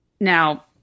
Now